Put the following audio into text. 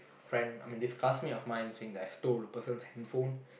friend I mean this classmate of mine saying that I stole a person's handphone